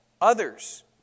others